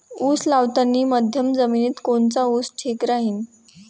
उस लावतानी मध्यम जमिनीत कोनचा ऊस ठीक राहीन?